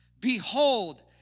behold